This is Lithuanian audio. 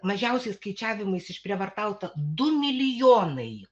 mažiausiais skaičiavimais išprievartauta du milijonai